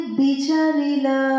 bicharila